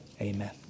Amen